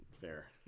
fair